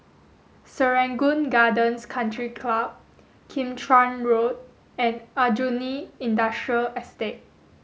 Serangoon Gardens Country Club Kim Chuan Road and Aljunied Industrial Estate